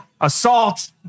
Assault